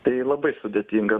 tai labai sudėtinga